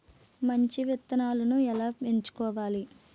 మంచి విత్తనాలను ఎలా ఎంచుకోవాలి?